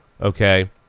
Okay